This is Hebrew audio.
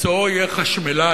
מקצועו יהיה חשמלאי,